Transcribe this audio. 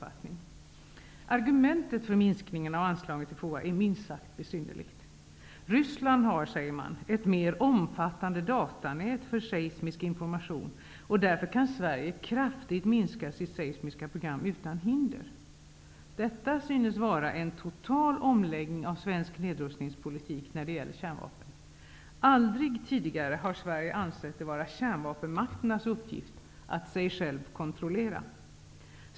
Argumentet för minskningen av anslagen till FOA är minst sagt besynnerligt. Ryssland har, säger man, ett mer omfattande datanät för seismisk information, och därför kan Sverige kraftigt minska sitt seismiska program utan hinder. Detta synes vara en total omläggning av svensk nedrustningspolitik när det gäller kärnvapen. Aldrig tidigare har Sverige ansett det vara kärnvapenmakternas uppgift att sig själv kontrollera.